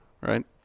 right